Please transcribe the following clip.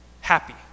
happy